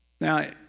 Now